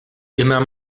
immer